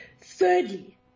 Thirdly